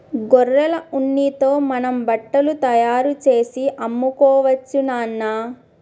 గొర్రెల ఉన్నితో మనం బట్టలు తయారుచేసి అమ్ముకోవచ్చు నాన్న